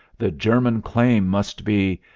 the german claim must be.